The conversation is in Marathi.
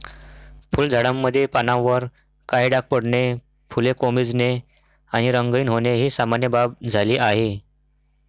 फुलझाडांमध्ये पानांवर काळे डाग पडणे, फुले कोमेजणे आणि रंगहीन होणे ही सामान्य बाब झाली आहे